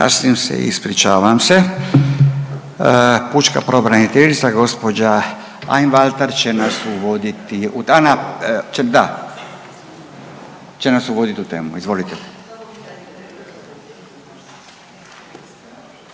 Kasnim se, ispričavam se. Pučka pravobraniteljica gospođa Einwalter će nas uvoditi u temu.